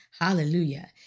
Hallelujah